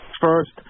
first